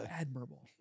admirable